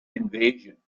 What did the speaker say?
invasion